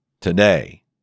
today